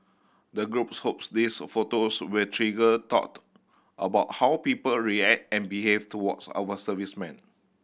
the group hopes these photos will trigger thought about how people react and behave towards our servicemen